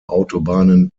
autobahnen